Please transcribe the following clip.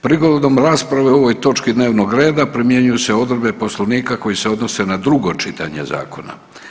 Prigodom rasprave o ovoj točki dnevnog reda primjenjuju se odredbe Poslovnika koje se odnose na drugo čitanje zakona.